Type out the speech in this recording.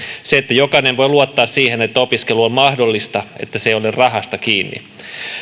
siitä että jokainen voi luottaa siihen että opiskelu on mahdollista että se ei ole rahasta kiinni